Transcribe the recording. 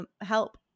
help